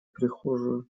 прихожую